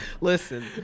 Listen